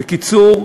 בקיצור,